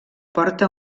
porta